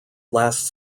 last